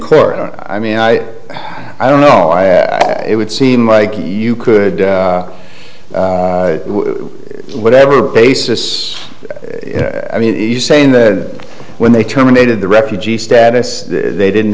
court i mean i i don't know it would seem like you could whatever basis i mean he's saying that when they terminated the refugee status they didn't